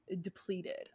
depleted